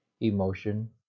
emotion